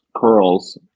curls